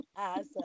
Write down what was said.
awesome